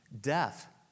Death